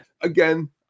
again